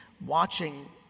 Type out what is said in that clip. watching